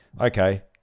okay